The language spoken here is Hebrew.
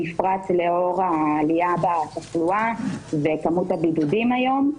בפרט לאור העלייה בתחלואה ובכמות הבידודים היום.